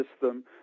system